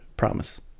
Promise